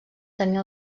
tenia